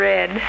Red